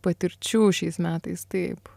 patirčių šiais metais taip